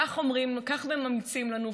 כך אומרים, כך גם ממליצים לנו.